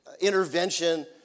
intervention